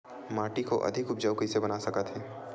माटी को अधिक उपजाऊ कइसे बना सकत हे?